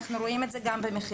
אנחנו רואים את זה גם במחירים.